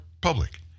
public